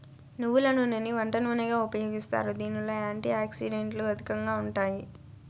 నువ్వుల నూనెని వంట నూనెగా ఉపయోగిస్తారు, దీనిలో యాంటీ ఆక్సిడెంట్లు అధికంగా ఉంటాయి